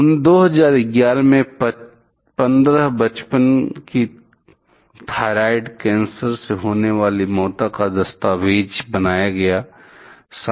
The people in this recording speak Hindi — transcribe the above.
2011 में 15 बचपन की थायरॉयड कैंसर से होने वाली मौतों का दस्तावेज बनाया गया है